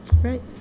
right